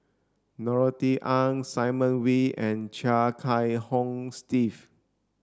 Norothy Ng Simon Wee and Chia Kiah Hong Steve